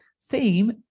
theme